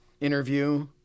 interview